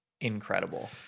incredible